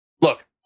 Look